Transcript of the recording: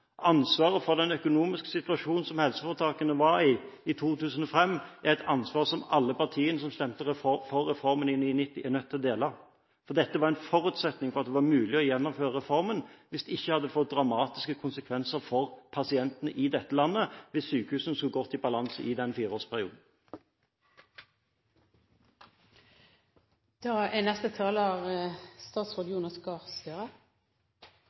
ansvaret for den økonomiske situasjonen som helseforetakene var i i 2005, er et ansvar som alle partiene som stemte for reformen i 1999, er nødt til å dele. Det var en forutsetning for at det var mulig å gjennomføre reformen. Det hadde fått dramatiske konsekvenser for pasientene i dette landet hvis sykehusene skulle gått i balanse i den fireårsperioden. Deler av den historiefortellingen er